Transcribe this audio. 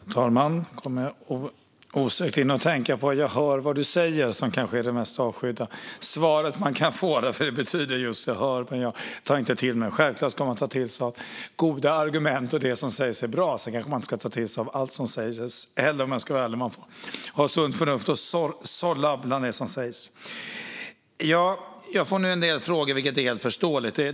Herr talman! Jag kom osökt att tänka på frasen "jag hör vad du säger". Det är kanske det mest avskydda svar man kan få. Det betyder ju just att man hör men inte tar till sig av det som sägs. Självklart ska man ta till sig av goda argument och det som sägs som är bra. Sedan ska man kanske inte ta till sig av allt som sägs. Man får ha sunt förnuft och sålla bland det som sägs. Jag får en hel del frågor, vilket är helt förståeligt.